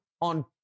on